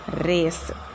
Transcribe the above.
race